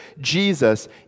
Jesus